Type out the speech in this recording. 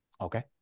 Okay